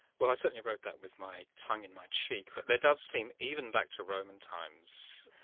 well i certainly wrote that with my tongue in my cheek. but there does seem, even back to roman times,